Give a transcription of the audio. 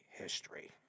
history